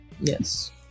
yes